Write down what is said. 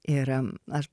ir aš